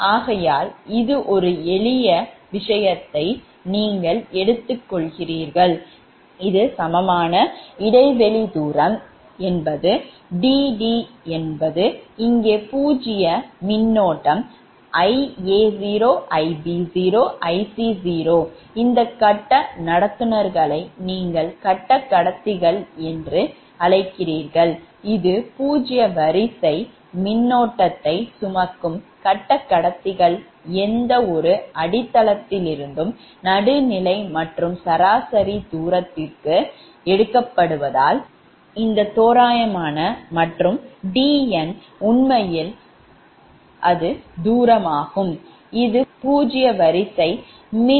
ஆகையால் இது ஒரு எளிய விஷயத்தை நீங்கள் எடுத்துள்ளீர்கள் இது சமமான இடைவெளி தூரம் is 𝐷𝐷D isஇங்கே பூஜ்ஜிய மின்னோட்டம்Ia0 Ib0 Ic0 இந்த கட்ட நடத்துனர்களை நீங்கள் கட்ட கடத்திகள் என்று அழைக்கிறீர்கள் இது பூஜ்ஜிய வரிசை மின்னோட்டத்தை சுமக்கும் கட்ட கடத்திகள் எந்தவொரு அடித்தளத்திலிருந்தும் நடுநிலை மற்றும் சராசரி தூரத்திற்கு தூரம் எடுக்கப்படுவதால் இந்த தோராயமான மற்றும் 𝐷𝑛 உண்மையில் அது தூரமாகும் இது பூஜ்ஜிய வரிசை மின்மறுப்பைக் குறிக்கும் ஒரு தோராயமாகும்